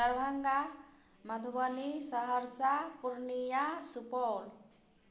Darbhanga Madhubani Saharsa Purnia Supaul